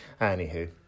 Anywho